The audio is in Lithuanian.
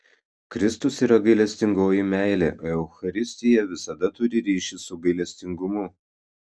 kristus yra gailestingoji meilė o eucharistija visada turi ryšį su gailestingumu